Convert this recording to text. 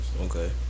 Okay